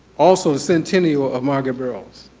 also the centennial of margaret burroughs.